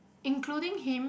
including him